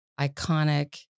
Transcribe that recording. iconic